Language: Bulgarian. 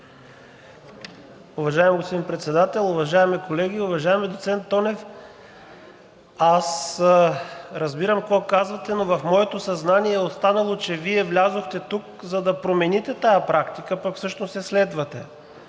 Уважаеми господин Председател, уважаеми колеги! Уважаеми доцент Тонев, аз разбирам какво казвате, но в моето съзнание е останало, че Вие влязохте тук, за да промените тази практика, а пък всъщност я следвате,